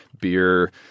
beer